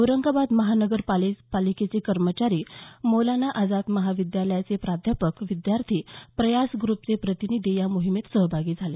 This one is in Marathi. औरंगाबाद महानगरपालिकेचे कर्मचारी मौलाना आझाद महाविद्यालयाचे प्राध्यापक विद्यार्थी प्रयास ग्रुपचे प्रतिनिधी या मोहीमेत सहभागी झाले